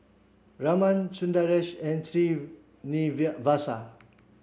Raman Sundaresh and